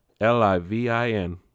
L-I-V-I-N